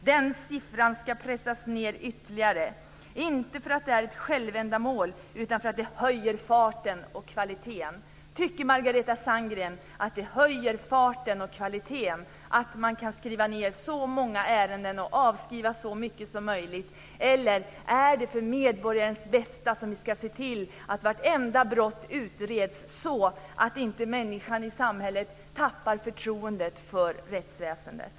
Den siffran ska pressas ned ytterligare - inte för att det är ett självändamål utan för att det höjer farten och kvaliteten. Tycker Margareta Sandgren att det höjer farten och kvaliteten att man kan skriva ned så här många ärenden och avskriva så mycket som möjligt? Eller är det för medborgarens bästa som vi ska se till att vartenda brott utreds så att inte människan i samhället tappar förtroendet för rättsväsendet?